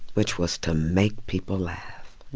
which was to make people laugh.